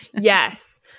Yes